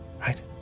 Right